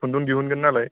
खुन्दुं दिहुनगोन नालाय